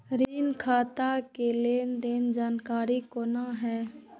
ऋण खाता के लेन देन के जानकारी कोना हैं?